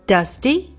Dusty